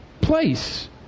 place